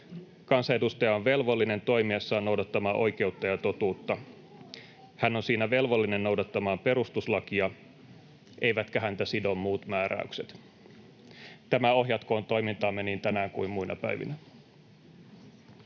”Kansanedustaja on velvollinen toimessaan noudattamaan oikeutta ja totuutta. Hän on siinä velvollinen noudattamaan perustuslakia, eivätkä häntä sido muut määräykset.” Tämä ohjatkoon toimintaamme niin tänään kuin muina päivinä.